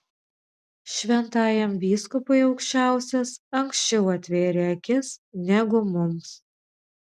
šventajam vyskupui aukščiausias anksčiau atvėrė akis negu mums